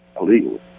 illegally